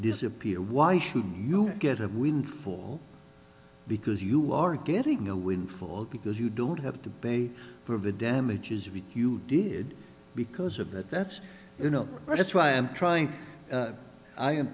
disappear why should you get a windfall because you are getting a windfall because you don't have to pay for the damages you did because of that that's you know that's why i'm trying